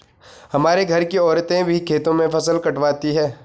हमारे घर की औरतें भी खेतों में फसल कटवाती हैं